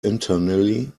internally